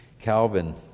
Calvin